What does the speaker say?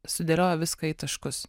sudėliojo viską į taškus